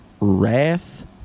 wrath